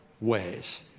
ways